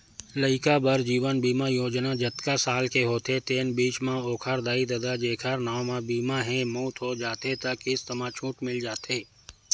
लइका बर जीवन बीमा योजना जतका साल के होथे तेन बीच म ओखर दाई ददा जेखर नांव म बीमा हे, मउत हो जाथे त किस्त म छूट मिल जाथे